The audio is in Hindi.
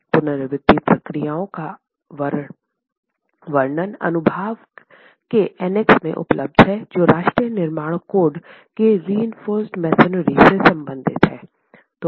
पुनरावृत्ति प्रक्रियाओं का वर्णन अनुभाग के एनेक्स में उपलब्ध है जो राष्ट्रीय निर्माण कोड में रिइंफोर्स मसोनरी से संबंधित है